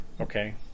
Okay